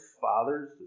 fathers